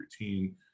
routine